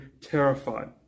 terrified